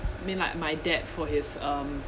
I mean like my dad for his um